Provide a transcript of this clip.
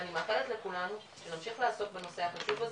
ואני מאחלת לכולנו להמשיך לעסוק בנושא החשוב הזה,